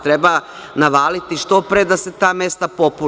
Treba navaliti što pre da se ta mesta popune.